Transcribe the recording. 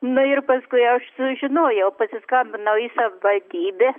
nu ir paskui aš sužinojau pasiskambinau į savivaldybę